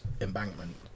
embankment